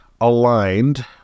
aligned